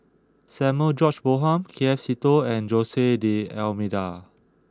Samuel George Bonham K F Seetoh and Jose D'almeida